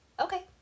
okay